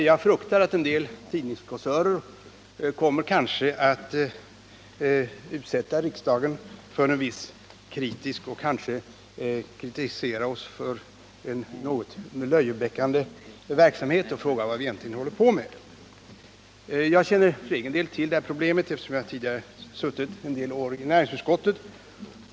Jag fruktar att en del tidningskåsörer kommer att kritisera oss för en kanske något löjeväckande verksamhet och frågar vad vi egentligen håller på med. För egen del känner jag till de problem med automatspel som vi nu behandlar, eftersom jag tidigare har suttit några år i näringsutskottet.